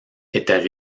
étaient